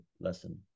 lesson